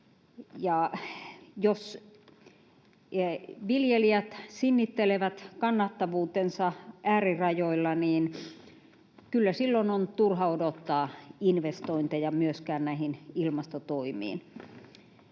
jos viljelijät sinnittelevät kannattavuutensa äärirajoilla, niin kyllä silloin on turha odottaa investointeja myöskään näihin ilmastotoimiin.